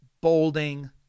bolding